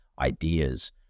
ideas